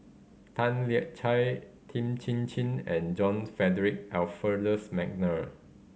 Tan Lian Chye Tan Chin Chin and John Frederick Adolphus McNair